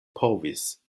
povis